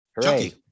Chucky